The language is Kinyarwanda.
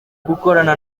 gukorana